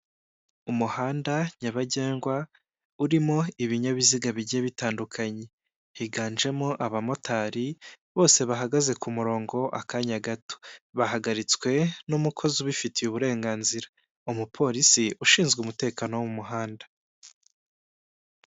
Umuhanda nyabagendwa, urimo ibinyabiziga bigiye bitandukanye, higanjemo abamotari bose bahagaze ku murongo akanya gato, bahagaritswe n'umukozi ubifitiye uburenganzira, umupolisi ushinzwe umutekano wo mu muhanda.